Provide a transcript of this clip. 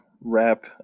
wrap